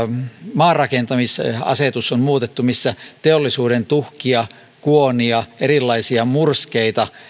maanrakentamisasetus on muutettu missä teollisuuden tuhkien kuonien erilaisten murskeiden